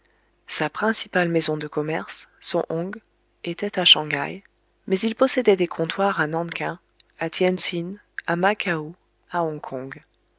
sa principale maison de commerce son hong était à shang haï mais il possédait des comptoirs à nan king à tien tsin à macao à hong kong